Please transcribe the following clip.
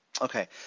Okay